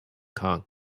kong